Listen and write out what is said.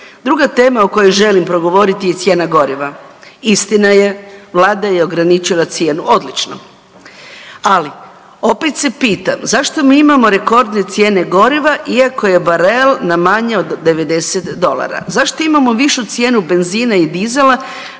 Druga tema o kojoj želim progovoriti je cijena goriva. Istina je, Vlada je ograničila cijenu. Odlično. Ali, opet se pitam, zašto mi imamo rekordne cijene goriva iako je barel na manje od 90 dolara? Zašto imamo višu cijenu benzina i dizela